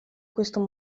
questo